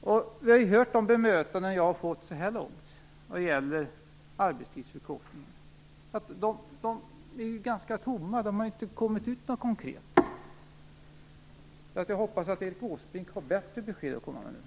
Jag har hört på de bemötanden jag så här långt har fått när det gäller arbetstidsförkortningen, att de är ganska tomma. Det har inte kommit något konkret. Jag hoppas att Erik Åsbrink har bättre besked att komma med.